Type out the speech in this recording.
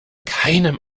keinem